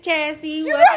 Cassie